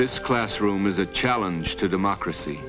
this classroom is a challenge to democracy